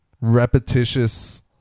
repetitious